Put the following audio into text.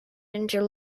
into